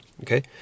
okay